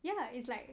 ya it's like